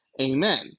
Amen